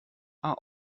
are